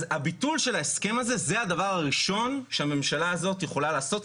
ביטול ההסכם הזה זה הדבר הראשון שהממשלה הזאת יכולה לעשות,